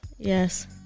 Yes